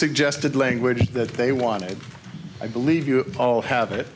suggested language that they wanted i believe you all have it